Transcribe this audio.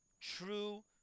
true